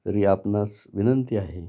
तरी आपणास विनंती आहे